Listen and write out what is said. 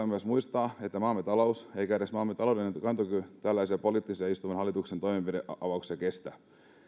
myös muistaa että maamme talous eikä edes maamme taloudellinen kantokyky tällaisia istuvan hallituksen poliittisia toimenpideavauksia kestä